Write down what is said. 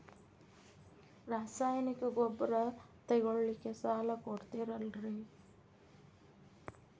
ರಾಸಾಯನಿಕ ಗೊಬ್ಬರ ತಗೊಳ್ಳಿಕ್ಕೆ ಸಾಲ ಕೊಡ್ತೇರಲ್ರೇ?